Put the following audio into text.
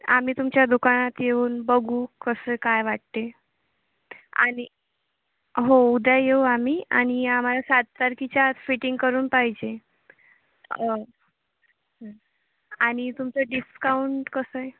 आम्ही तुमच्या दुकानात येऊन बघू कसं काय वाटते आणि हो उद्या येऊ आम्ही आणि आम्हाला सात तारखेच्या आत फिटींग करून पाहिजे आणि तुमचं डिस्काऊंट कसं आहे